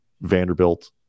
vanderbilt